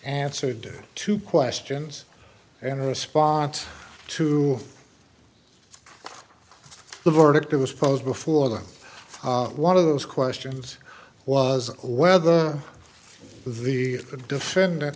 answered two questions and the response to the verdict was posed before them one of those questions was whether the defendant